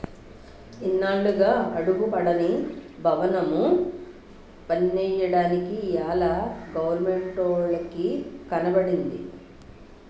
ఇన్నాళ్లుగా అగుపడని బవనము పన్నెయ్యడానికి ఇయ్యాల గవరమెంటోలికి కనబడ్డాది